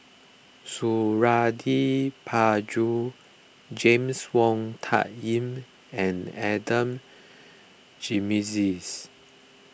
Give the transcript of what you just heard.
Suradi Parjo James Wong Tuck Yim and Adan Jimenez